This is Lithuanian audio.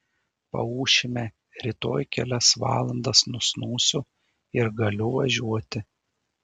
paūšime rytoj kelias valandas nusnūsiu ir galiu važiuoti